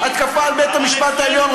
התקפה על בית המשפט העליון,